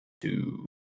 two